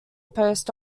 post